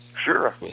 Sure